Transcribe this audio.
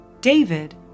David